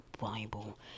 Bible